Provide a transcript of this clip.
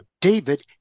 David